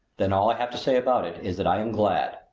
then all i have to say about it is that i am glad!